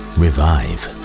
revive